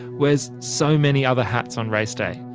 wears so many other hats on race day.